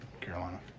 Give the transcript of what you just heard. Carolina